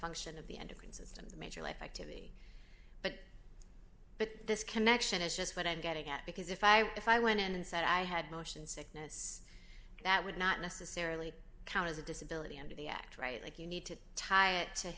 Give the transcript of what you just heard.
function of the end of consistent major life activity but but this connection is just what i'm getting at because if i if i went in and said i had motion sickness that would not necessarily count as a disability under the act right like you need to tie it to